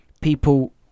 people